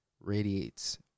radiates